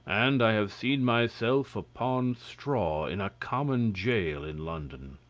and i have seen myself upon straw in a common jail in london.